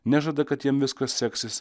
nežada kad jiem viskas seksis